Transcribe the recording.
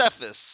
Cephas